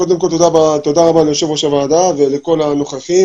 קודם כל תודה רבה ליושב-ראש הוועדה ולכל הנוכחים,